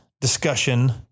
discussion